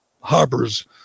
harbors